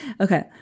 Okay